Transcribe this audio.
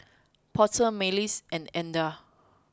Porter Marlys and Edna